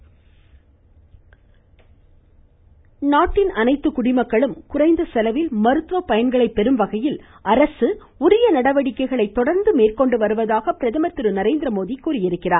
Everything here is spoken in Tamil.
பிரதமர் நாட்டின் அனைத்து குடிமக்களும் குறைந்த செலவில் மருத்துவ பயன்களை பெறும் வகையில் அரசு உரிய நடவடிக்கைகளை தொடர்ந்து மேற்கொண்டு வருவதாக பிரதமர் திரு நரேந்திர மோடி தெரிவித்துள்ளார்